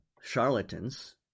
charlatans